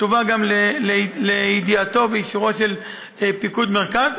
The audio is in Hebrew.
היא תובא גם לידיעתו ואישורו של פיקוד מרכז,